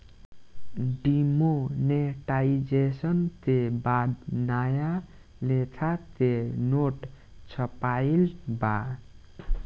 demonetisation के बाद नया लेखा के नोट छपाईल बा